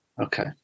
Okay